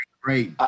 Great